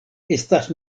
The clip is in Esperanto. estas